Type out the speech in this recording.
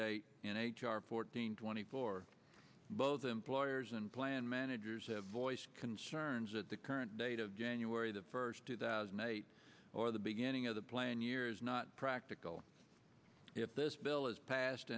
date in h r fourteen twenty four both employers and plan managers have voiced concerns that the current date of january the first two thousand and eight or the beginning of the plain years not practical if this bill is passed